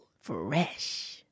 Fresh